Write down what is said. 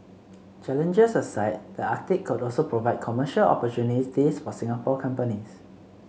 challenges aside the Arctic could also provide commercial opportunities for Singapore companies